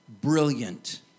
brilliant